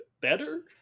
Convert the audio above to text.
better